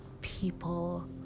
people